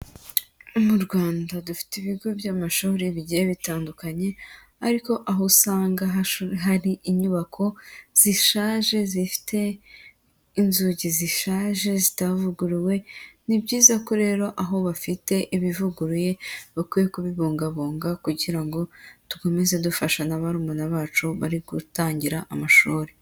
Mu Rwanda dufite ibigo by'amashuri bigiye bitandukanye, ariko aho usanga hari inyubako zishaje zifite inzugi zishaje zitavuguruwe, ni byiza ko rero aho bafite ibivuguruye bakwiye kubibungabunga kugira ngo dukomeze dufasha na barumuna bacu bari gutangira amashuri.